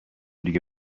دیگه